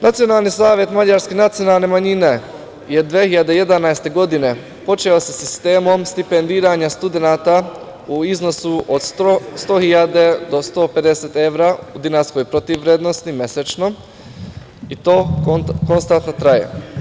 Nacionalni savet mađarskih nacionalnih manjina je 2011. godine počeo sa sistemom stipendiranja studenata u iznosu od 100 hiljada do 150 evra u dinarskoj protiv vrednosti mesečnoj i to konstantno traje.